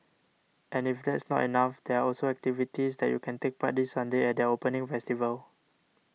and if that's not enough there are also activities that you can take part this Sunday at their opening festival